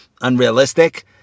unrealistic